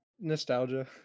nostalgia